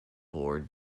board